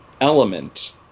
element